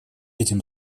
этим